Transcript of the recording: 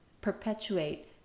perpetuate